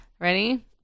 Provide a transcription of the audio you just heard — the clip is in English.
Ready